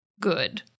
Good